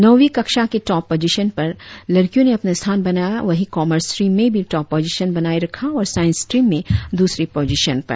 नौवीं कक्षा के टॉप पोजिशन पर लड़कियों ने अपना स्थान बनाया वहीं कमार्स स्ट्रीम में भी टॉप पोजिशन बनाए रखा और साईंस स्ट्रीम में दूसरी पोजिशन पर